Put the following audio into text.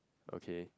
okay